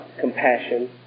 compassion